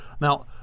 Now